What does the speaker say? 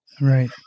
Right